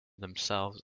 themselves